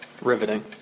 Riveting